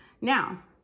Now